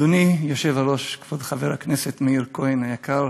אדוני היושב-ראש, כבוד חבר הכנסת מאיר כהן היקר,